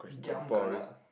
giam kana